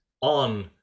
on